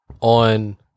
on